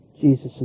Jesus